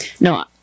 No